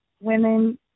women